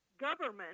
government